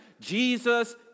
Jesus